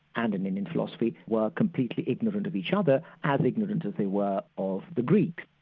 and and indian philosophy, were completely ignorant of each other, as ignorant as they were of the greeks.